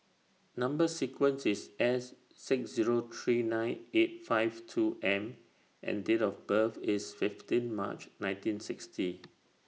Number sequence IS S six Zero three nine eight five two M and Date of birth IS fifteen March nineteen sixty